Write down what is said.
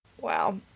wow